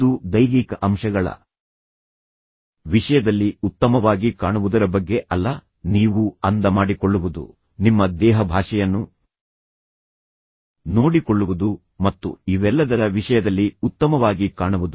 ಇದು ದೈಹಿಕ ಅಂಶಗಳ ವಿಷಯದಲ್ಲಿ ಉತ್ತಮವಾಗಿ ಕಾಣುವುದರ ಬಗ್ಗೆ ಅಲ್ಲ ನೀವು ಅಂದ ಮಾಡಿಕೊಳ್ಳುವುದು ನಿಮ್ಮ ದೇಹಭಾಷೆಯನ್ನು ನೋಡಿಕೊಳ್ಳುವುದು ಮತ್ತು ಇವೆಲ್ಲದರ ವಿಷಯದಲ್ಲಿ ಉತ್ತಮವಾಗಿ ಕಾಣುವುದು